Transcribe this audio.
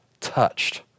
touched